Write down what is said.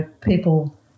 people